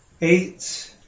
Eight